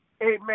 Amen